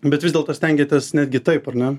bet vis dėlto stengiatės netgi taip ar ne